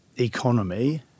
economy